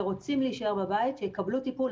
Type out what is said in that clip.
ורוצים להישאר בבית יקבלו טיפול.